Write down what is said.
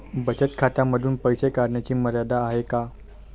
बचत खात्यांमधून पैसे काढण्याची मर्यादा आहे का?